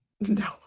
No